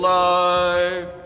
life